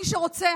מי שרוצה,